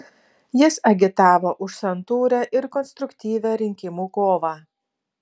jis agitavo už santūrią ir konstruktyvią rinkimų kovą